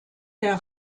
der